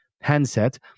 handset